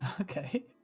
Okay